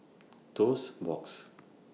Toast Box